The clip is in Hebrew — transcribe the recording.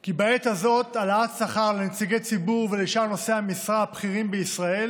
כי בעת הזאת העלאת שכר לנציגי ציבור ולשאר נושאי המשרה הבכירים בישראל